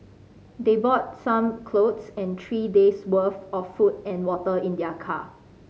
they brought some clothes and three days worth of food and water in their car